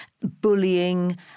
bullying